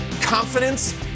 confidence